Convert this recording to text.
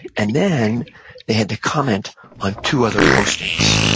and then they had to comment on two other postings.